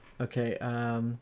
Okay